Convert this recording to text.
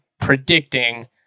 predicting